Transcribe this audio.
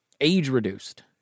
age-reduced